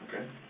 Okay